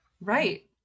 right